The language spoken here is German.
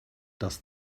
das